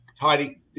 Heidi